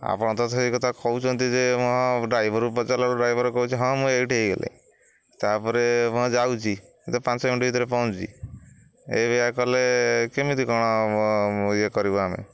ଆପଣ ତ ସେଇ କଥା କହୁଛନ୍ତି ଯେ ମୁଁ ଡ୍ରାଇଭରକୁ ପଚାରଲା ବେଳକୁ ଡ୍ରାଇଭର କହୁଚି ହଁ ମୁଁ ଏଇଠି ହେଇଗଲି ତାପରେ ମୁ ଯାଉଛି ତ ପାଞ୍ଚ ମିନିଟ ଭିତରେ ପହଞ୍ଚୁଛି ଏଇ ଭଳିଆ କଲେ କେମିତି କଣ ଇଏ କରିବୁ ଆମେ